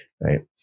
right